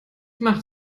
mach